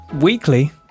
weekly